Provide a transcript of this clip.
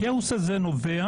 הכאוס הזה נובע